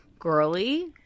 Girly